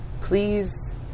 please